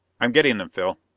i'm getting them, phil.